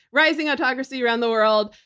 rising autocracy around the world,